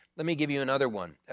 let me give you another one.